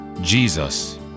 Jesus